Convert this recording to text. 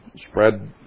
spread